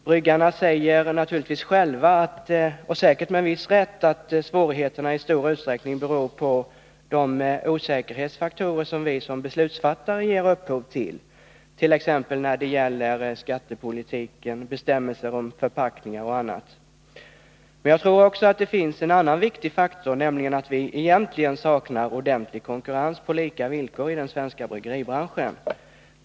Bryggerierna själva säger naturligtvis, säkert med en viss rätt, att svårigheterna i stor utsträckning beror på de osäkerhetsfaktorer som vi som beslutsfattare ger upphov till, t.ex. när det gäller skattepolitiken, bestämmelser runt förpackningar och annat. Men jag tror att det också finns en annan viktig faktor i detta sammanhang, nämligen det förhållandet att det egentligen saknas konkurrens på lika villkor i den svenska bryggeribranschen.